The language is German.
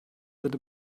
sind